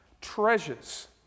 treasures